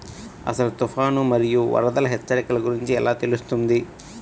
అసలు తుఫాను మరియు వరదల హెచ్చరికల గురించి ఎలా తెలుస్తుంది?